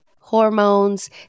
hormones